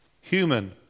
human